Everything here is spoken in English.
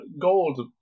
Gold